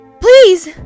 Please